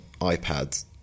iPads